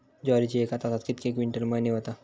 ज्वारीची एका तासात कितके क्विंटल मळणी होता?